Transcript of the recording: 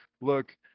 look